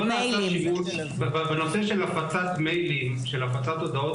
לא נעשה שימוש בנושא של הפצת מיילים של הפצת הודעות